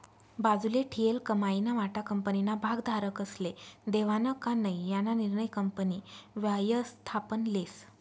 बाजूले ठीयेल कमाईना वाटा कंपनीना भागधारकस्ले देवानं का नै याना निर्णय कंपनी व्ययस्थापन लेस